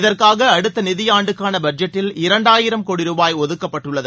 இதற்காக அடுத்த நிதியாண்டுக்கான பட்ஜெட்டில் இரண்டாயிரம் கோடி ரூபாய் ஒதுக்கப்பட்டுள்ளது